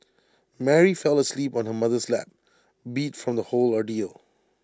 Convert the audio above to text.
Mary fell asleep on her mother's lap beat from the whole ordeal